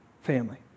family